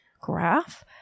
graph